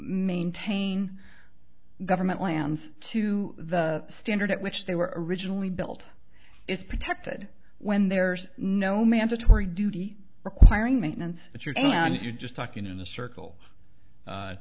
maintain government lands to the standard at which they were originally built is protected when there's no mandatory duty requiring maintenance it's your job and you're just talking in a circle